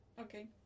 Okay